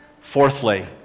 fourthly